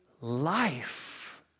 life